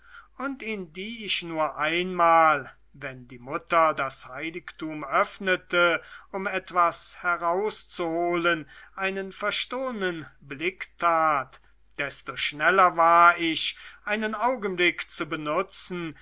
und in die ich nur manchmal wenn die mutter das heiligtum öffnete um etwas herauszuholen einen verstohlnen blick tat desto schneller war ich einen augenblick zu benutzen